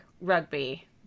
rugby